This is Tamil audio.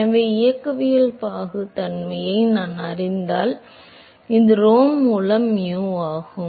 எனவே இயக்கவியல் பாகுத்தன்மையை நான் அறிந்தால் இது rho மூலம் mu ஆகும்